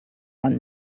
one